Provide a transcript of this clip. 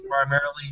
Primarily